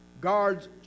guards